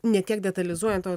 ne tiek detalizuojant o